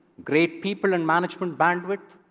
great people and management bandwidth,